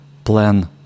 plan